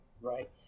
Right